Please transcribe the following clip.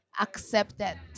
accepted